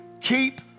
Keep